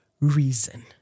reason